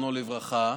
זיכרונו לברכה,